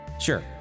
Sure